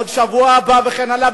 בשבוע הבא וכן הלאה,